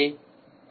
काहीही नाही बरोबर